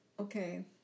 Okay